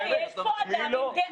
יש לך פה דעה.